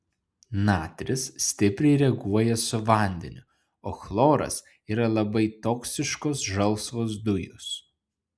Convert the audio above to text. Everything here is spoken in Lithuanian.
natris stipriai reaguoja su vandeniu o chloras yra labai toksiškos žalsvos dujos